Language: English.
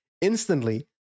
instantly